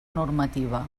normativa